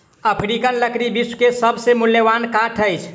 African लकड़ी विश्व के सभ से मूल्यवान काठ अछि